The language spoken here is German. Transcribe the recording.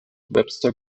webster